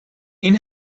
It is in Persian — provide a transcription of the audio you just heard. این